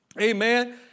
Amen